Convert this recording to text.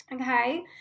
okay